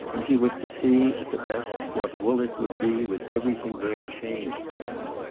and he was to see, at the best, what woollett would be with everything there changed for him.